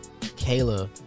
Kayla